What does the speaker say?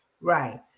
Right